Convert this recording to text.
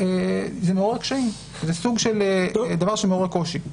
כשזה מעורר קשיים, זה סוג של דבר שמעורר קושי.